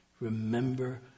Remember